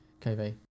KV